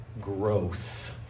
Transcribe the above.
growth